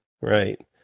Right